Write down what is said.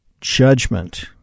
judgment